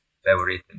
favorite